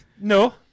No